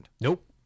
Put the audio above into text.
Nope